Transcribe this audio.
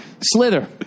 Slither